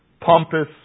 pompous